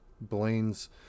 Blaine's